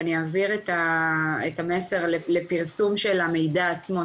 ואני אעביר את המסר לפרסום של המידע עצמו,